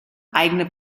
eigene